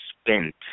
spent